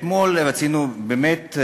אתמול באמת,